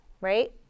right